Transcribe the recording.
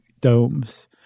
domes